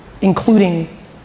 including